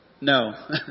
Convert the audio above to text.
No